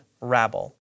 rabble